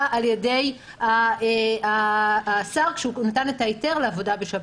על ידי השר שנתן את ההיתר לעבודה בשבת.